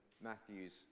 Matthew's